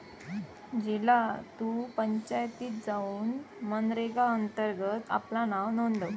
झिला तु पंचायतीत जाउन मनरेगा अंतर्गत आपला नाव नोंदव